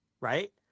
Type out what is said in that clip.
Right